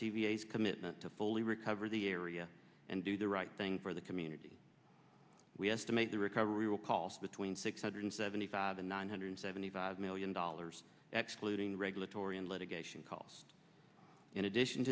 s commitment to fully recover the area and do the right thing for the community we estimate the recovery will cost between six hundred seventy five and nine hundred seventy five million dollars excluding regulatory and litigation costs in addition